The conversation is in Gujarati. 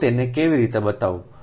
તો તેને કેવી રીતે બનાવવું